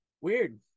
Weird